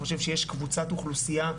חושב שיש קבוצת אוכלוסייה,